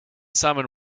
simon